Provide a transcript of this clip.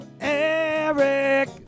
Eric